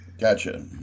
Gotcha